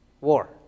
War